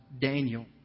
Daniel